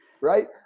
Right